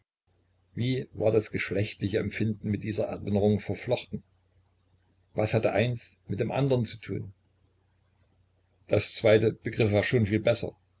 wie war das geschlechtliche empfinden mit dieser erinnerung verflochten was hatte eins mit dem andern zu tun das zweite begriff er schon viel besser